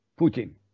Putin